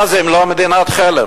מה זה אם לא מדינת חלם?